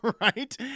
right